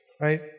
right